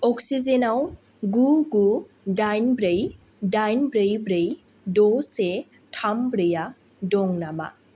अक्सिजेनाव गु गु दाइन ब्रै दाइन ब्रै ब्रै द' से थाम ब्रैया दं नामा